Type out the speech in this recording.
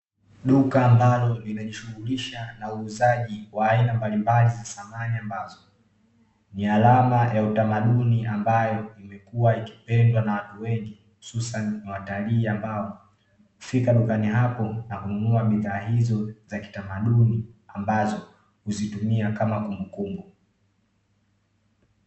Duka ambalo linajishughulisha na uuzaji wa aina mbalimbali za samani, ambazo ni alama ya utamaduni, ambayo imekuwa ikipendwa na watu wengi hususani watalii, ambao hufika dukani hapo na kununua bidhaa hizo za kitamaduni ambazo huzitumia kama kumbukumbu.